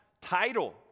title